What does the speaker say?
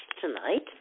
tonight